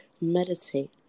meditate